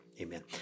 Amen